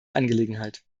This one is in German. angelegenheit